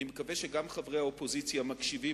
אני מקווה שגם חברי האופוזיציה מקשיבים,